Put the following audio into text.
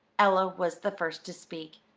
ella was the first to speak.